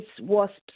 wasps